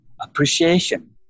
appreciation